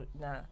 nah